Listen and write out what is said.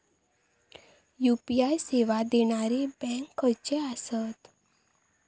UPI सेवा देणारे bank खयचे आसत?